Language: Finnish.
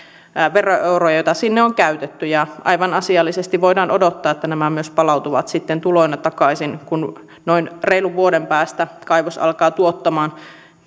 veroeuroja joita sinne on käytetty aivan asiallisesti voidaan odottaa että nämä myös palautuvat sitten tuloina takaisin kun noin reilun vuoden päästä kaivos alkaa tuottamaan